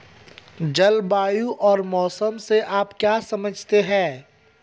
जलवायु और मौसम से आप क्या समझते हैं?